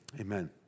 Amen